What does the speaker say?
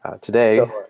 Today